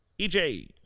EJ